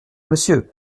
monsieur